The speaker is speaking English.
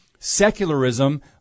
Secularism